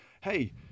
Hey